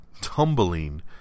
tumbling